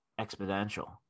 exponential